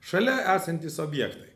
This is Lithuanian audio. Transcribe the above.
šalia esantys objektai